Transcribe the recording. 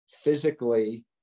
physically